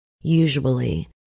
Usually